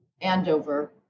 Andover